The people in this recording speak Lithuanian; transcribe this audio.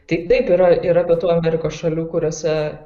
tai taip yra yra pietų amerikos šalių kuriose